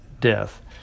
death